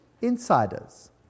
insiders